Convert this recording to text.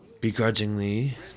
Begrudgingly